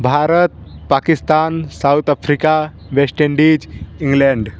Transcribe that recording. Bharat Pakistan South Africa West Indies England